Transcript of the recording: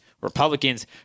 Republicans